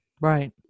right